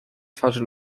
twarzy